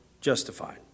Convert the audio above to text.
justified